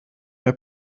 der